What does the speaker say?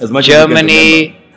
Germany